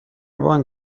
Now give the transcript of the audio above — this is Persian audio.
بانک